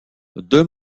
deux